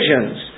visions